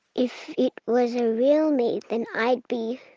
if it was a real me then i'd be,